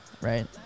right